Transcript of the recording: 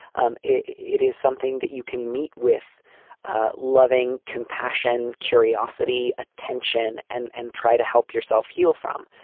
um it is something that you can meet with loving, compassion, curiosity, attention and and try to help yourself heal from.